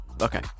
Okay